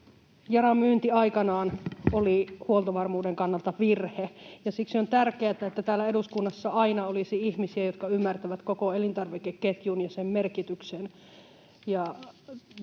Yaran myynti aikanaan oli huoltovarmuuden kannalta virhe, ja siksi on tärkeätä, että täällä eduskunnassa aina olisi ihmisiä, jotka ymmärtävät koko elintarvikeketjun ja sen merkityksen.